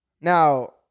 Now